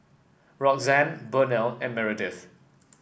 Roxanne Burnell and Meredith